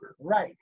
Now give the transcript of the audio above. Right